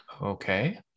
okay